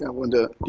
and want to,